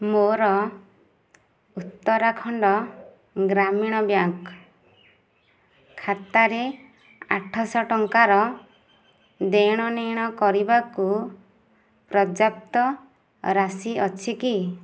ମୋର ଉତ୍ତରାଖଣ୍ଡ ଗ୍ରାମୀଣ ବ୍ୟାଙ୍କ୍ ଖାତାରେ ଆଠ ଶହ ଟଙ୍କାର ଦେଣନେଣ କରିବାକୁ ପର୍ଯ୍ୟାପ୍ତ ରାଶି ଅଛି କି